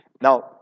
Now